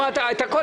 הצבעה בעד,